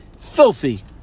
filthy